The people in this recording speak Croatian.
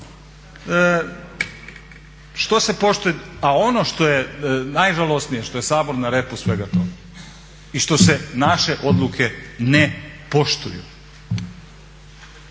Što se poštuje, a ono što je najžalosnije što je Sabor na repu svega toga i što se naše odluke ne poštuju.